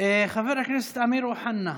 חבר הכנסת אמיר אוחנה.